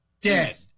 dead